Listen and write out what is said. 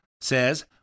says